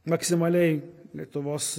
maksimaliai lietuvos